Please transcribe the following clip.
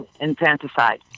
infanticide